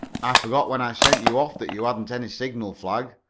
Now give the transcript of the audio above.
i forgot when i sent you off that you hadn't any signal flag.